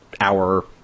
hour